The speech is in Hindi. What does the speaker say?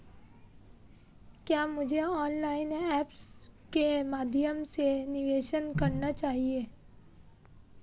क्या मुझे ऑनलाइन ऐप्स के माध्यम से निवेश करना चाहिए?